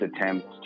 attempt